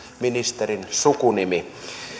ministerin sukunimi